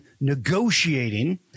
negotiating